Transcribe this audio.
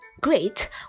Great